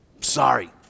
Sorry